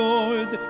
Lord